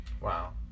Wow